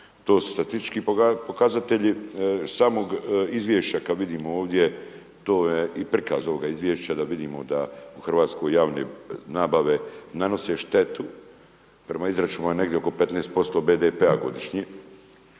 To su statistički pokazatelji samog izvješća kad vidimo ovdje, to je i prikaz ovog izvješća da vidimo da u Hrvatskoj javnoj nabave nanose štetu, prema izračunima negdje oko 15% BDP-a godišnje